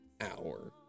hour